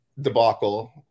debacle